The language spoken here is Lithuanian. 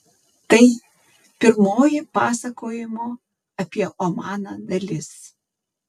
tai pirmoji pasakojimo apie omaną dalis